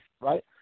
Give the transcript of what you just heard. right